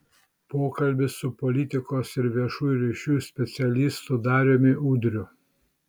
pokalbis su politikos ir viešųjų ryšių specialistu dariumi udriu